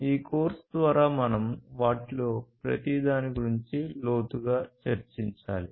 ఈ కోర్సు ద్వారా మనం వాటిలో ప్రతి దాని గురించి లోతుగా చర్చించాలి